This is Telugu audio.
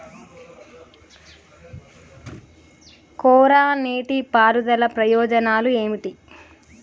కోరా నీటి పారుదల ప్రయోజనాలు ఏమిటి?